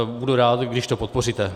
Budu rád, když to podpoříte.